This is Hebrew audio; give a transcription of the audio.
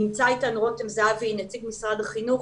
נמצא איתנו רותם זהבי, נציג משרד החינוך.